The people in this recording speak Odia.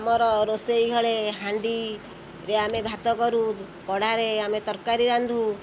ଆମର ରୋଷେଇ ଘରେ ହାଣ୍ଡିରେ ଆମେ ଭାତ କରୁ କଢ଼ାରେ ଆମେ ତରକାରୀ ରାନ୍ଧୁ